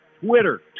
Twitter